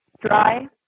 dry